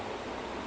ya